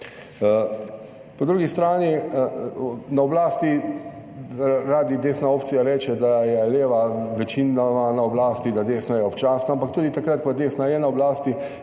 Po drugi strani na oblasti, radi desna opcija reče, da je leva večinoma na oblasti, da desno je občasno, ampak tudi takrat ko je desna je na oblasti